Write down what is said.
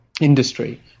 industry